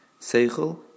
seichel